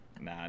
nah